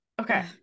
okay